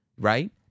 right